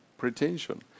Pretension